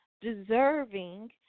deserving